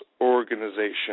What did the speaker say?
organization